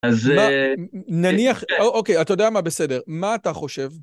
אז נניח, אוקיי, אתה יודע מה בסדר, מה אתה חושב?